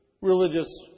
religious